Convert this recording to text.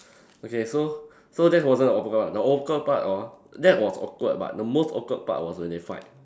okay so so that wasn't the awkward part the awkward part orh that was awkward but the most awkward part was when they fight